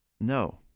No